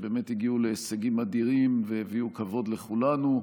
שבאמת הגיעו להישגים אדירים והביאו כבוד לכולנו.